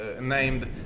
named